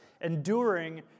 enduring